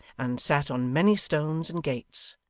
and sat on many stones and gates,